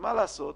ומה לעשות,